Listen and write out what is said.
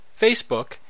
Facebook